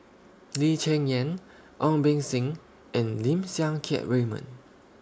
Lee Cheng Yan Ong Beng Seng and Lim Siang Keat Raymond